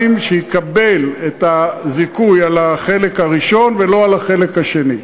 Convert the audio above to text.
שיקבל את הזיכוי על החלק הראשון ולא על החלק השני.